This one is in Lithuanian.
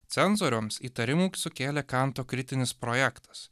cenzorioms įtarimų sukėlė kanto kritinis projektas